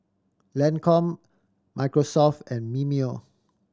Lancome Microsoft and Mimeo